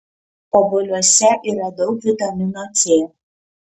obuoliuose yra daug vitamino c